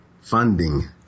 funding